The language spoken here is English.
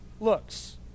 looks